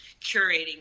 curating